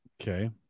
okay